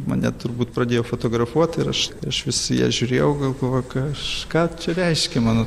mane turbūt pradėjo fotografuot ir aš aš vis į ją žiūrėjau galvojau kažką čia reiškia mano